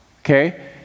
okay